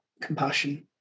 compassion